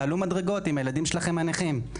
תעלו מדרגות עם הילדים שלכם הנכים.